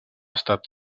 estat